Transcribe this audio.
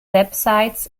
websites